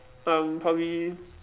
um probably